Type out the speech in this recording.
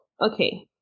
okay